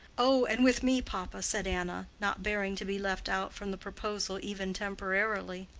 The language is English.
oh, and with me, papa, said anna, not bearing to be left out from the proposal even temporarily.